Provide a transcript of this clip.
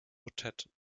motetten